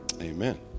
Amen